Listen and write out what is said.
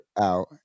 out